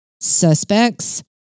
suspects